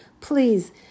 please